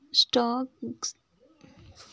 stock exchange में common stock ज्यादा बेचे जाते है